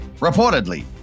Reportedly